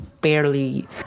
barely